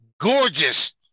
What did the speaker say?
gorgeous